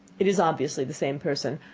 it is obviously the same person.